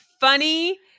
funny